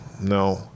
No